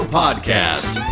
podcast